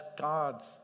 God's